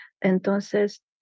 Entonces